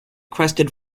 crested